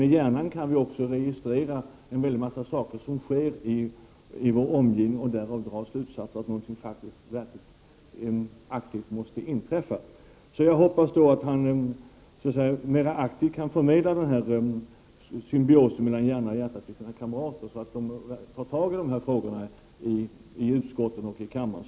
Med hjärnan kan vi registrera en mängd saker i vår omgivning och dra slutsatsen att någonting verkligen aktivt inträffar. Jag hoppas att Arne Kjörnsberg mera aktivt förmedlar den här symbiosen mellan hjärnan och hjärtat till sina kamrater, så att de tar tag i dessa frågor i utskottet och här i kammaren.